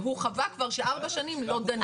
והוא חווה כבר שארבע שנים לא דנים בזה.